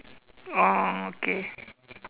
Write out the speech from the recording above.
oh okay